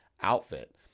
outfit